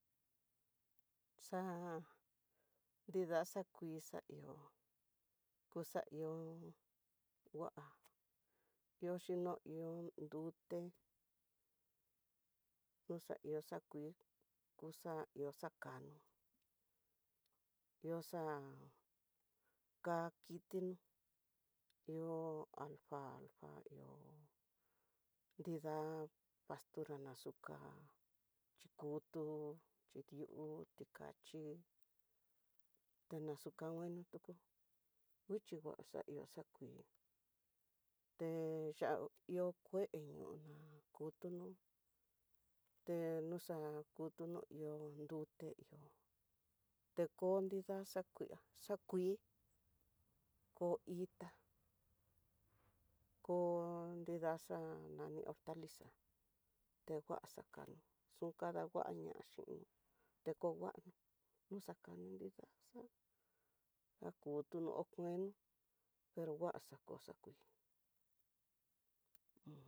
Xa'a nrida xakui xaihó, ku xaihó ngua ihó xhino ihó nrute noxaihó xakuii kuxa ihó xakano ihó xa'a kakitinó, iho alfafa ihó nrida pastura naxuka xhikututu chidió ticachi tanaxu kanguina tuku, nguichi ngua xaihó xakuii te ya'á ihó kué ñoo, ña kutunó te noxa kutuno ihó tute iin teko nridaxa kue xakuii koo itá ko nidaxa nani ortaliza tengua xakano xukadangua ñaxhin tekonguano, nuxakano nrida xa'á dakutunó ho ngueno no nguaxako xakuii un.